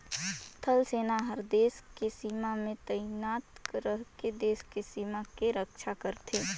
थल सेना हर देस के सीमा में तइनात रहिके देस के सीमा के रक्छा करथे